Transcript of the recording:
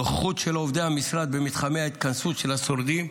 נוכחות של עובדי המשרד במתחמי ההתכנסות של השורדים.